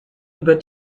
über